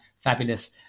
fabulous